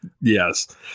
Yes